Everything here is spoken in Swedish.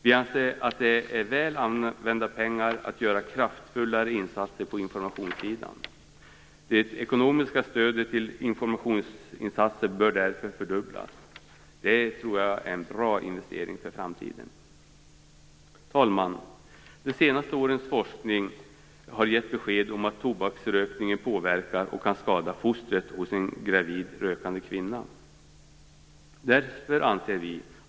Vi anser att det är väl använda pengar att göra kraftfullare satsningar på informationssidan. Det ekonomiska stödet för informationsinsatser bör därför fördubblas. Det, tror jag, är en bra investering för framtiden. Fru talman! De senaste årens forskning har gett besked om att tobaksrökning påverkar och kan skada fostret hos en gravid rökande kvinna.